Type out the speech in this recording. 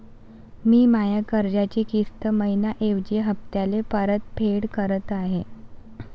मी माया कर्जाची किस्त मइन्याऐवजी हप्त्याले परतफेड करत आहे